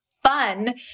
fun